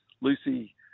Lucy